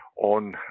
on